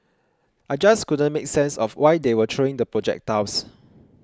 I just couldn't make sense of why they were throwing the projectiles